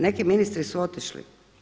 Neki ministri su otišli.